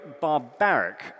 barbaric